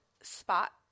spot